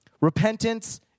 Repentance